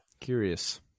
Curious